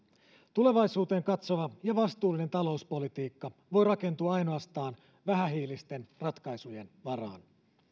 tulevaisuuteen katsova ja vastuullinen talouspolitiikka voi rakentua ainoastaan vähähiilisten ratkaisujen varaan